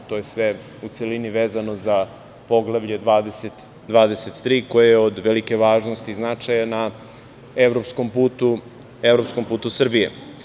To je sve u celini vezano za Poglavlje 23, koje je od velike važnosti i značaja na evropskom putu Srbije.